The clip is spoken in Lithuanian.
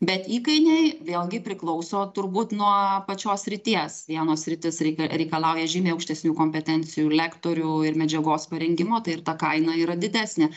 bet įkainiai vėlgi priklauso turbūt nuo pačios srities vienos sritys reika reikia reikalauja žymiai aukštesnių kompetencijų lektorių ir medžiagos parengimo tai ir ta kaina yra didesnė